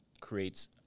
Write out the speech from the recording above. creates